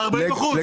זה 40 אחוזים.